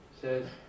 says